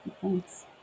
Thanks